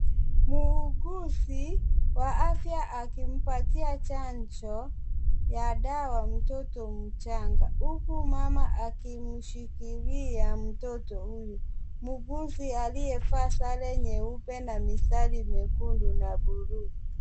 Muuguzi wa afya akimpatia chanjo ya dawa mtoto mchanga huku mama akimshikilia mtoto huyu. Muuguzi aliyevaa sare nyeupe na mistari miekundu na buluu.